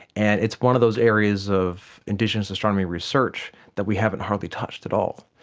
and it's one of those areas of indigenous astronomy research that we haven't hardly touched at all.